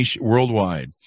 worldwide